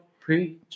Preach